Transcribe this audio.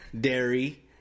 dairy